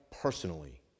personally